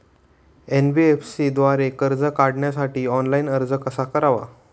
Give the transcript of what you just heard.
NBFC द्वारे कर्ज काढण्यासाठी ऑनलाइन अर्ज कसा करावा?